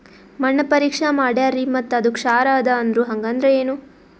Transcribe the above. ಮಣ್ಣ ಪರೀಕ್ಷಾ ಮಾಡ್ಯಾರ್ರಿ ಮತ್ತ ಅದು ಕ್ಷಾರ ಅದ ಅಂದ್ರು, ಹಂಗದ್ರ ಏನು?